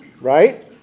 Right